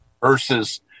versus